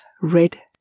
red